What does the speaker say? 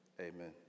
Amen